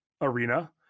arena